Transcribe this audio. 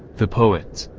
the poets,